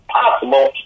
possible